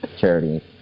charity